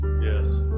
yes